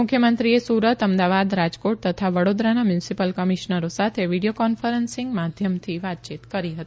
મુખ્યમંત્રીએ સુરત અમદાવાદ રાજકોટ તથા વડોદરાના મ્યુનિસિપલ કમિશનરો સાથે વીડિયો કોન્ફરન્સીંગ માધ્યમથી વાતચીત કરી હતી